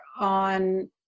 on